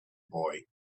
boy